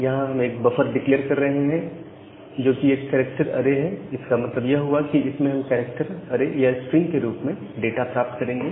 यहां हम एक बफर डिक्लेअर कर रहे हैं जो कि एक कैरेक्टर अरे है इसका मतलब यह हुआ कि इसमें हम कैरेक्टर अरे या स्ट्रिंग के रूप में डाटा प्राप्त करेंगे